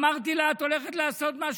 אמרתי לה: את הולכת לעשות משהו,